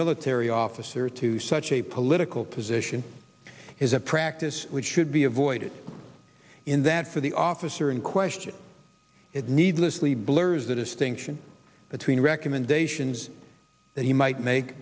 military officer to such a political position is a practice which should be avoided in that for the officer in question it needlessly blurs the distinction between recommendations that he might make